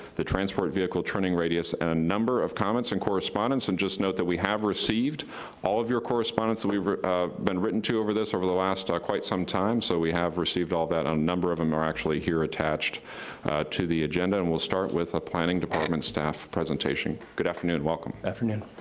the transport vehicle turning radius and a number of comments and correspondence, and just note that we have received all of your correspondence that we've been written to over this, over the last quite some time, so we have received all that, and a number of them are actually here, attached to the agenda, and we'll start with the planning department staff presentation. good afternoon, welcome. afternoon.